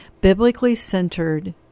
biblically-centered